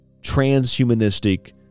transhumanistic